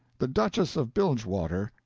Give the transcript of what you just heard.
the duchess of bilgewater,